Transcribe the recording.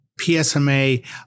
PSMA